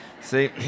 See